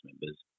members